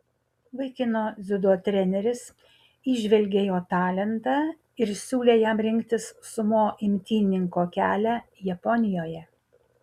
vaikino dziudo treneris įžvelgė jo talentą ir siūlė jam rinktis sumo imtynininko kelią japonijoje